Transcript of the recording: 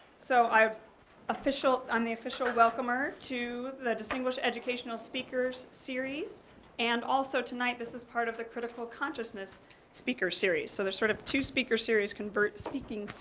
so i i'm um the official welcomer to the distinguished educational speakers series and also tonight this is part of the critical consciousness speaker series. so, there's sort of two speaker series converts speaking,